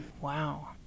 Wow